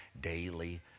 daily